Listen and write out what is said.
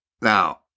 now